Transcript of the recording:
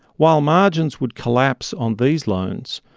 while margins would collapse on these loans,